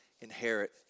inherit